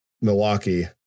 milwaukee